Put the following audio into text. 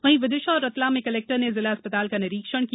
वहीं विदिशा और रतलाम में कलेक्टर ने जिला अस्पताल का निरीक्षण किया